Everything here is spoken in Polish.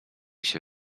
się